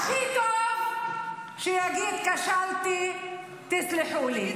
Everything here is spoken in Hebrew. הכי טוב שיגיד: כשלתי, תסלחו לי.